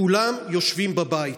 כולם יושבים בבית.